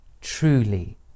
truly